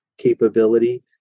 capability